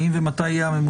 תתכבד ותבוא לתל אביב?